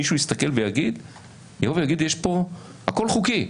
מישהו יסתכל ויאמר שהכול חוקי,